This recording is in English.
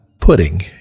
pudding